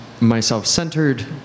myself-centered